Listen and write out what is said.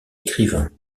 écrivain